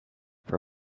for